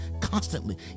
Constantly